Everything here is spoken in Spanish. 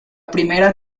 primera